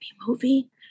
movie